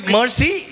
mercy